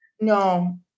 no